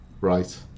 Right